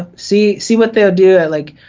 ah see see what their deal like